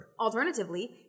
Alternatively